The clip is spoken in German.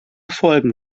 folgen